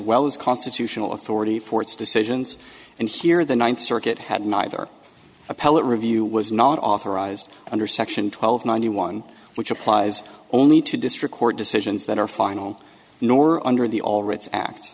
well as constitutional authority for its decisions and here the ninth circuit had neither appellate review was not authorized under section twelve ninety one which applies only to district court decisions that are final nor under the all writs act